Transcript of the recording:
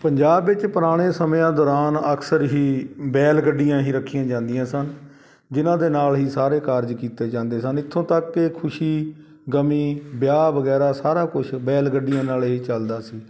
ਪੰਜਾਬ ਵਿੱਚ ਪੁਰਾਣੇ ਸਮਿਆਂ ਦੌਰਾਨ ਅਕਸਰ ਹੀ ਬੈਲ ਗੱਡੀਆਂ ਹੀ ਰੱਖੀਆਂ ਜਾਂਦੀਆਂ ਸਨ ਜਿਨ੍ਹਾਂ ਦੇ ਨਾਲ ਹੀ ਸਾਰੇ ਕਾਰਜ ਕੀਤੇ ਜਾਂਦੇ ਸਨ ਇੱਥੋਂ ਤੱਕ ਕਿ ਖੁਸ਼ੀ ਗਮੀ ਵਿਆਹ ਵਗੈਰਾ ਸਾਰਾ ਕੁਛ ਬੈਲ ਗੱਡੀਆਂ ਨਾਲ ਹੀ ਚੱਲਦਾ ਸੀ